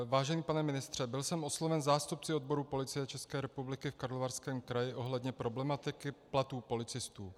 Vážený pane ministře, byl jsem osloven zástupci odborů Policie České republiky v Karlovarském kraji ohledně problematiky platů policistů.